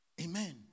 Amen